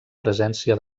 presència